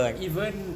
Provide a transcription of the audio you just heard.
even